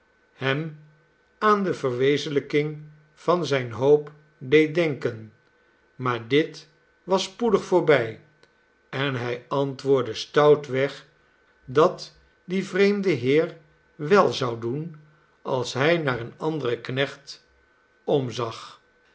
hem aan de verwezenlijking van zijne hoop deed denken maar dit was spoedig voorbij en hij antwoordde stoutweg dat die vreemde heer wel zou doen als hij naar een anderen knecht omzag